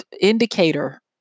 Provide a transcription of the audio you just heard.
indicator